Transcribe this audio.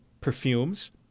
perfumes